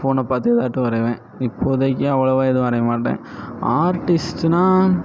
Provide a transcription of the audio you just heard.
ஃபோனை பார்த்து எதாட்டம் வரைவேன் இப்போதைக்கு அவ்வளவா எதுவும் வரையமாட்டேன் ஆர்டிஸ்ட்டுன்னா